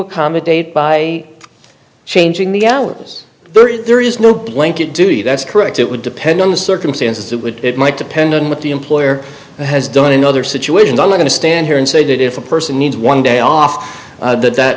accommodate by changing the hours there is there is no blanket duty that's correct it would depend on the circumstances it would it might depend on what the employer has done in other situations are going to stand here and say that if a person needs one day off that